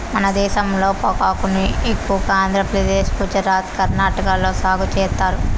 మన దేశంలో పొగాకును ఎక్కువగా ఆంధ్రప్రదేశ్, గుజరాత్, కర్ణాటక లో సాగు చేత్తారు